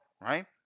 right